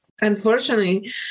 unfortunately